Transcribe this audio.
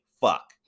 fuck